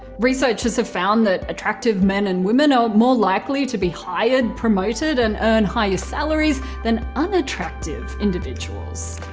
researchers have found that attractive men and women are more likely to be hired, promoted and earn higher salaries than unattractive individuals.